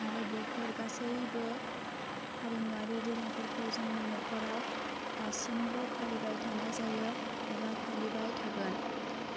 आरो बेफोर गासैबो हारिमुवारि दोरोंफोरखौ जोंनि न'खराव दासिमबो फालिबाय थानाय जायो एबा फालिबाय थागोन